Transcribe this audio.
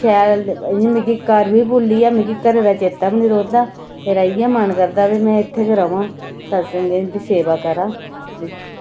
शैल इ'यां मिगी घर बी भुल्ली गेआ ते मिगी घरै दा चेत्ता बी निं रौंह्दा ते मेरा इ'यै मन करदा कि में इत्थै गै रवां सत्संग इत्थै सेवा करांऽ ते